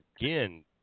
again